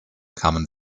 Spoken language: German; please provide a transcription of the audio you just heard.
kamen